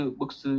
books